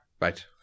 Right